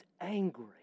angry